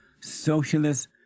socialist